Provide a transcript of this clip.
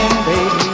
Baby